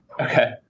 Okay